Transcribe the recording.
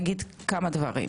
ראשית,